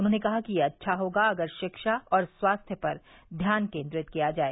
उन्होंने कहा कि यह अच्छा होगा अगर शिक्षा और स्वास्थ्य पर ध्यान केंद्रित किया जाए